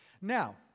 Now